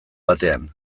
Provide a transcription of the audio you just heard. batean